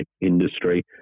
industry